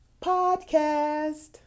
Podcast